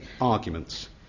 arguments